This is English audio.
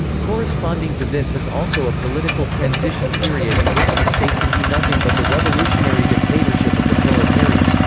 corresponding to this is also a political transition period in which the state can be nothing but the revolutionary dictatorship of the proletariat.